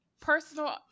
Personal